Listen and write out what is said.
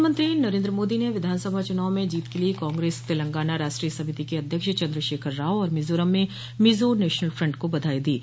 प्रधानमंत्री नरेन्द्र मोदी ने विधानसभा चुनाव में जीत के लिये कांग्रेस तेलंगाना राष्ट्रीय समिति के अध्यक्ष चन्द्र शेखर राव और मिज़ोरम में मिज़ो नेशनल फ्रंट को बधाई दी है